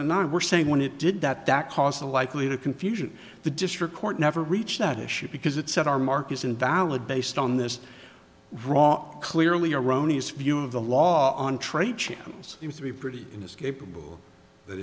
and nine were saying when it did that that cause a likely to confusion the district court never reached that issue because it said our mark is invalid based on this rock clearly erroneous view of the law on trade channels seems to be pretty inescapable that